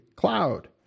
cloud